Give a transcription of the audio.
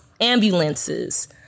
ambulances